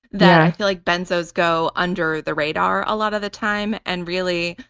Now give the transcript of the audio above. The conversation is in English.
that i feel like benzos go under the radar a lot of the time and really,